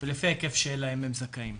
ולפי ההיקף שהם זכאים.